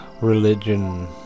religion